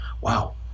wow